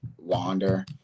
wander